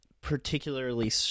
particularly